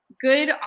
good